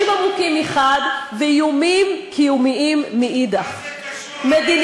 עמוקים מחד גיסא ואיומים קיומיים מאידך גיסא,